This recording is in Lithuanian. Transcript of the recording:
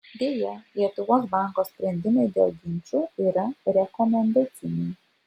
deja lietuvos banko sprendimai dėl ginčų yra rekomendaciniai